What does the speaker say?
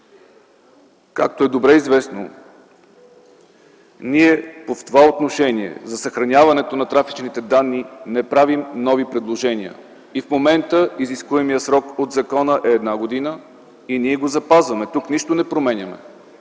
Както е добре известно, в това отношение за съхраняването на трафичните данни ние не правим нови предложения. И в момента изискуемият срок в закона е една година и ние го запазваме. Тук нищо не променяме.